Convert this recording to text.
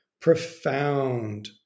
profound